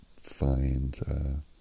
find